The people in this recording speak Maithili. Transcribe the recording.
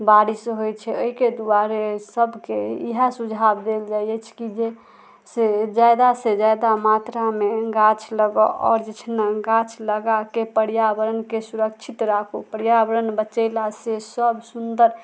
बारिश होइ छै अइके दुआरे सबके इएह सुझाव देल जाइ अछि कि जैसँ जादासँ जादा मात्रामे गाछ लगाउ आओर जे छै ने गाछ लगाके पर्यावरणके सुरक्षित राखू पर्यावरण बचेलासँ सब सुन्दर